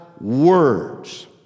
words